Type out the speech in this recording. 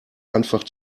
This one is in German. einfach